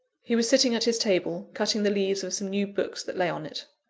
he was sitting at his table, cutting the leaves of some new books that lay on it.